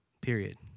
period